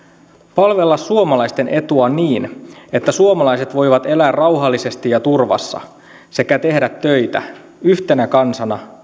palvella suomalaisten etua niin että suomalaiset voivat elää rauhallisesti ja turvassa sekä tehdä töitä yhtenä kansana